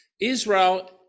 Israel